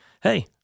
hey